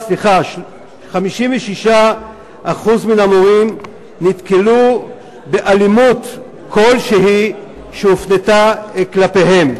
56% מהמורים נתקלו באלימות כלשהי שהופנתה כלפיהם.